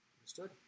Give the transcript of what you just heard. Understood